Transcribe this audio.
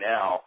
Now